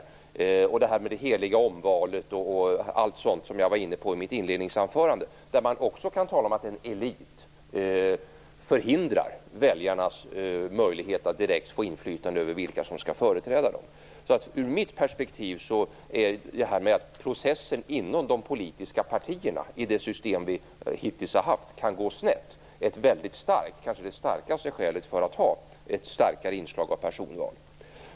Dessutom har vi detta med det heliga omvalet och allt sådant som jag var inne på i mitt inledningsanförande. Där kan man också tala om att en elit förhindrar väljarnas möjlighet att direkt få inflytande över vilka som skall företräda dem. Ur mitt perspektiv är detta med att processen kan gå snett inom de politiska partierna i det system som vi hittills har haft ett väldigt starkt skäl, kanske det starkaste, för att ha ett starkare inslag av personval.